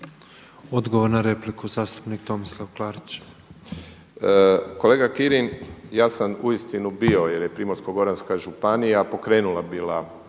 Odgovor na repliku, zastupnik Tomislav Klarić. **Klarić, Tomislav (HDZ)** Kolega Kirin, ja sam uistinu bio jer je Primorsko-goranska županija pokrenula bila